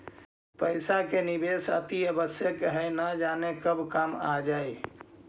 पइसा के निवेश अतिआवश्यक हइ, न जाने कब काम आ जाइ